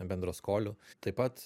bendraskoliu taip pat